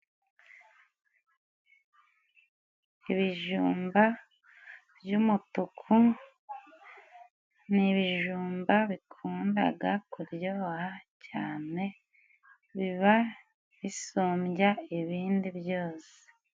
Ibijumba by'umutuku ni ibijumba bikundaga kuryoha cyane， biba bisumbya ibindi byose.